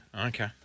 Okay